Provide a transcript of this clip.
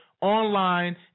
Online